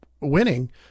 winning